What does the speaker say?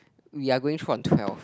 we are go which one twelve